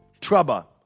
Trouble